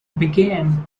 began